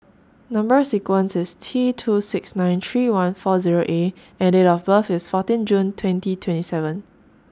Number sequence IS T two six nine three one four Zero A and Date of birth IS fourteen June twenty twenty seven